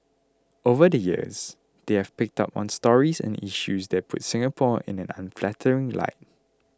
over the years they have picked up on stories and issues that puts Singapore in an unflattering light